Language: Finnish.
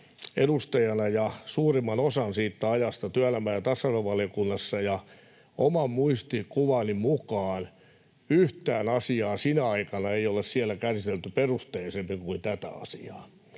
edustajana ja suurimman osan siitä ajasta työelämä- ja tasa-arvovaliokunnassa. Oman muistikuvani mukaan yhtään asiaa sinä aikana ei ole siellä käsitelty perusteellisemmin kuin tätä asiaa,